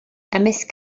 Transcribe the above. ymysg